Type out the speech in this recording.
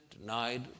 denied